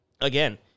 again